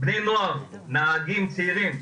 בני נוער, נהגים צעירים,